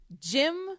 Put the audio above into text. Jim